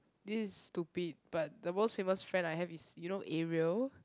this is stupid but the most famous friend I have is you know Ariel